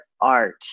art